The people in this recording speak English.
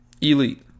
Elite